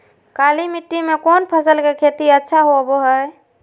काली मिट्टी में कौन फसल के खेती अच्छा होबो है?